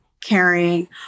caring